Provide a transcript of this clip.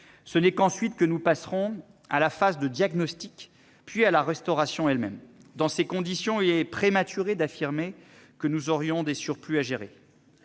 Ce n'est qu'ensuite que nous passerons à la phase de diagnostic, puis à la restauration elle-même. Dans ces conditions, il est prématuré d'affirmer que nous aurions des surplus à gérer.